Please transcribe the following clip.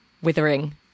Withering